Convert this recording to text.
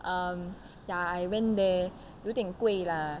um ya I went there 有点贵 lah